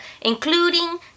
including